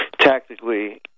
Tactically